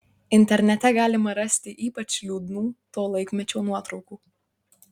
internete galima rasti ypač liūdnų to laikmečio nuotraukų